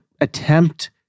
attempt